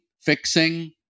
fixing